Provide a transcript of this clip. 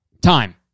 Time